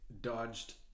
dodged